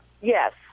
Yes